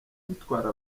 dutwara